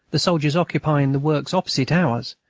the soldiers occupying the works opposite ours,